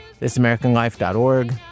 thisamericanlife.org